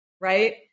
right